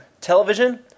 television